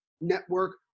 network